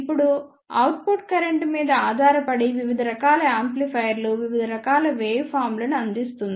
ఇప్పుడు output current మీద ఆధారపడి వివిధ రకాల యాంప్లిఫైయర్లు వివిధ రకాల వేవ్ ఫామ్ లను అందిస్తుంది